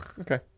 Okay